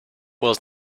was